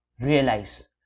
realize